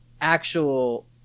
actual